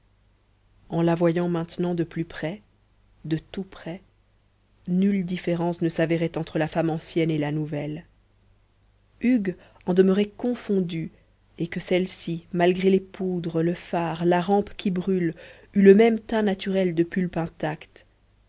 en la voyant maintenant de plus près de tout près nulle différence ne s'avérait entre la femme ancienne et la nouvelle hugues en demeurait confondu et que celle-ci malgré les poudres le fard la rampe qui brûle eût le même teint naturel de pulpe intacte